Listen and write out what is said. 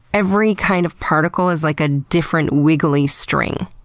every kind of particle is like a different wiggly string.